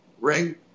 ring